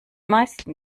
meisten